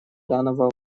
данного